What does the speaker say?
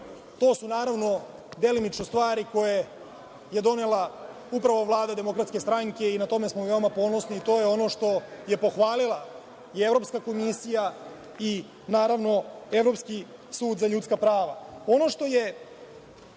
to su naravno delimično stvari koje je donela upravo Vlada DS i na tome smo veoma ponosni, i to je ono što je pohvalila Evropska komisija i, naravno, Evropski sud za ljudska prava. Ono